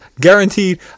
Guaranteed